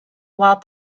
while